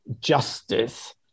justice